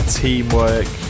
teamwork